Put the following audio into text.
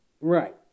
Right